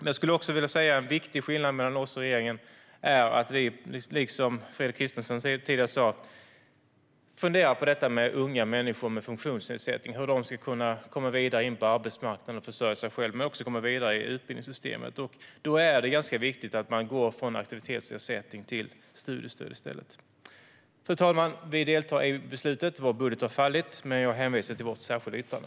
En viktig skillnad mellan oss och regeringen är att vi, liksom Fredrik Christensson sa tidigare, funderar på hur unga människor med funktionsnedsättning ska kunna komma vidare in på arbetsmarknaden och försörja sig själva men också komma vidare i utbildningssystemet. Då är det ganska viktigt att man går från aktivitetsersättning till studiestöd. Fru talman! Vi deltar ej i beslutet. Vårt budgetförslag har fallit. Men jag hänvisar till vårt särskilda yttrande.